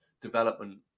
Development